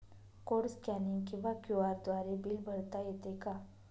Code scanning किंवा QR द्वारे bill भरता येते का?